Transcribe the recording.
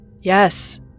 Yes